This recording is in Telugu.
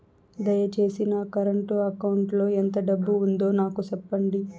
దయచేసి నా కరెంట్ అకౌంట్ లో ఎంత డబ్బు ఉందో నాకు సెప్పండి